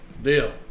Deal